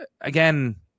Again